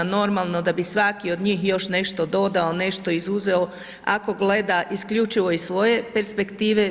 Normalno da bi svaki od njih još nešto dodao, nešto izuzeo ako gleda isključivo iz svoje perspektive.